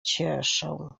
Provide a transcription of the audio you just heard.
cieszę